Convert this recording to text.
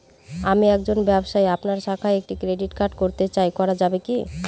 আমি একজন ব্যবসায়ী আপনার শাখায় একটি ক্রেডিট কার্ড করতে চাই করা যাবে কি?